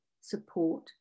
support